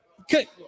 Okay